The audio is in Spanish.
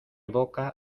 boca